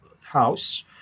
house